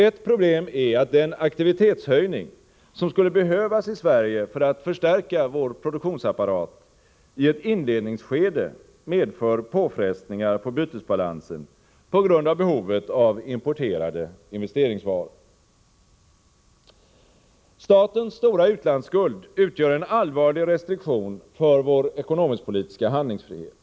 Ett problem är att den aktivitetshöjning som skulle behövas i Sverige för att förstärka vår produktionsapparat i ett inledningsske de medför påfrestningar på bytesbalansen på grund av behovet av importerade investeringsvaror. Statens stora utlandsskuld utgör en allvarlig restriktion för vår ekonomiskpolitiska handlingsfrihet.